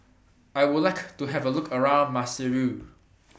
I Would like to Have A Look around Maseru